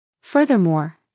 Furthermore